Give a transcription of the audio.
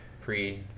Pre